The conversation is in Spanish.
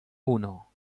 uno